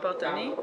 טיפול פרטני?